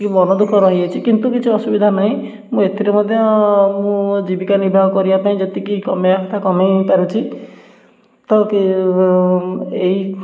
ମନ ଦୁଃଖ ରହି ଯାଇଛି କିନ୍ତୁ କିଛି ଅସୁବିଧା ନାହିଁ ମୁଁ ଏଥିରେ ମଧ୍ୟ ମୁଁ ମୋ ଜୀବିକା ନିର୍ବାହ କରିବା ପାଇଁ ଯେତିକି କମେଇବା କଥା କମେଇ ପାରୁଛି ତ କେ ଏହି